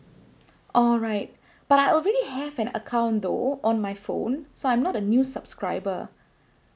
alright but I already have an account though on my phone so I'm not a new subscriber